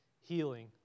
healing